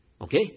Okay